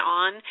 on